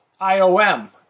IOM